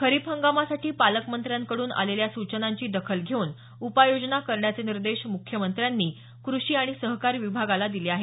खरीप हंगामासाठी पालकमंत्र्यांकडून आलेल्या सूचनांची दखल घेऊन उपाययोजना करण्याचे निर्देश म्ख्यमंत्र्यांनी कृषी आणि सहकार विभागाला दिले आहेत